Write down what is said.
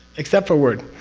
except for word,